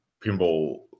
pinball